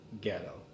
ghetto